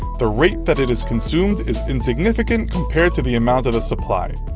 the rate that it is consumed is insignificant compared to the amount of the supply.